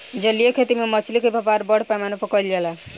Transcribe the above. जलीय खेती में मछली के व्यापार बड़ पैमाना पर कईल जाला